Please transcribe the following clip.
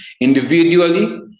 individually